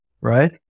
Right